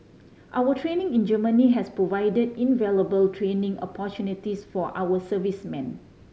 our training in Germany has provide invaluable training opportunities for our servicemen